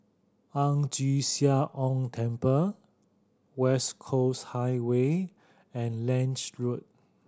Ang Chee Sia Ong Temple West Coast Highway and Lange Road